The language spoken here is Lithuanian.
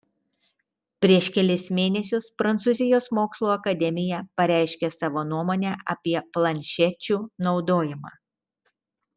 prieš kelis mėnesius prancūzijos mokslų akademija pareiškė savo nuomonę apie planšečių naudojimą